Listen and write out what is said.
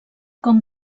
com